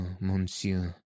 Monsieur